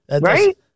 Right